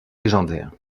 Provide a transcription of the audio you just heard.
légendaire